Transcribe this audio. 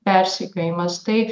persekiojimas tai